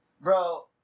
bro